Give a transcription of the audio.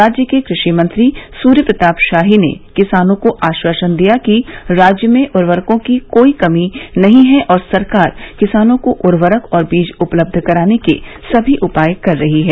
राज्य के कृषि मंत्री सूर्य प्रताप शाही ने किसानों को आश्वासन दिया कि राज्य में उर्वरकों की कोई कमी नहीं है और सरकार किसानों को उर्वरक और बीज उपलब्ध कराने के सभी उपाय कर रही है